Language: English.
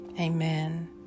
Amen